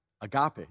Agape